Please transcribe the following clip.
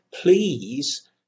please